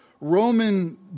Roman